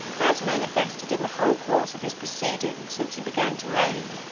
as manifested in the whole course of his proceedings since he began to reign,